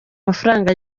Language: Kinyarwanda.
mafaranga